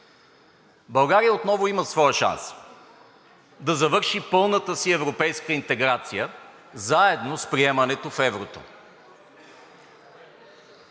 България отново има своя шанс да завърши пълната си европейска интеграция, заедно с приемането на еврото.